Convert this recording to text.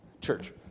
Church